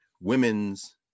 Women's